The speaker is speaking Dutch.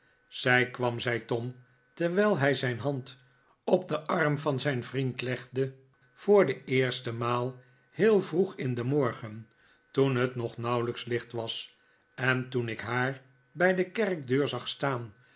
zij kwam zei tom terwijl hij zijn hand op den arm van zijn vriend legde voor de eerste maal heel vroeg in den morgeh toen het nog nauwelijks licht was en toen ik haar bij de kerkdeur zag staan